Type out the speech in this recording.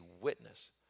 witness